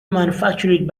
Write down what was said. manufactured